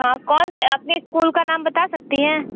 हाँ कौन से अपने स्कूल का नाम बता सकती हैं